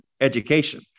education